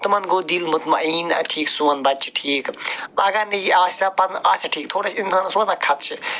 تِمَن گوٚو دِل مُطمعیٖن أتھی سون بَچہٕ چھِ ٹھیٖک اگر نہٕ یہِ آسہِ ہا پتہٕ آسہِ ہا ٹھیٖک تھوڑا چھِ اِنسانَس روزان خدشہٕ